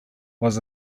was